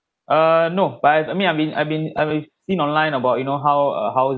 err no but I I mean I've been I've been I've with seen online about you know how uh how